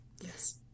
Yes